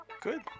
Good